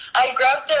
i got.